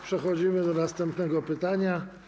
Przechodzimy do następnego pytania.